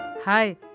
Hi